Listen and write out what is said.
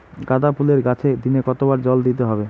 গাদা ফুলের গাছে দিনে কতবার জল দিতে হবে?